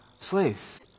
slaves